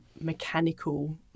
mechanical